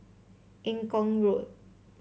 Eng Kong Road